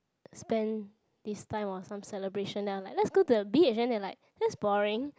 spend this time or some celebration then I're like let's go to the beach and then they like that's boring